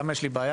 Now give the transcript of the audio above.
למה יש לי בעיה?